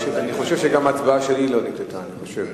אני חושב שגם ההצבעה שלי לא נקלטה, אני חושב.